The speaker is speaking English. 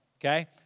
okay